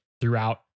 throughout